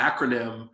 acronym